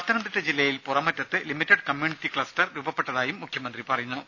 പത്തനംതിട്ട ജില്ലയിൽ പുറമറ്റത്ത് limited community cluster രൂപപ്പെട്ടതായും മുഖ്യമന്ത്രി അറിയിച്ചു